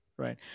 Right